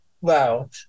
Wow